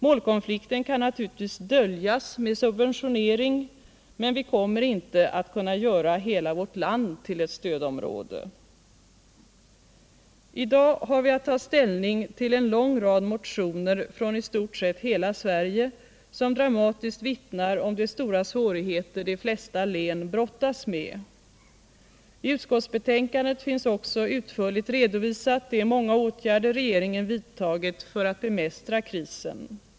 Målkonflikten kan naturligtvis döljas med subventionering, men vi kommer inte att kunna göra hela vårt land till ett stödområde. I dag har vi att ta ställning till en lång rad motioner från i stort sett hela Sverige, som dramatiskt vittnar om de stora svårigheter de flesta län brottas med. I utskottsbetänkandet finns också utförligt redovisat de många åtgärder regeringen vidtagit för att bemästra krisen.